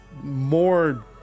more